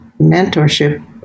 mentorship